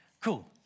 Cool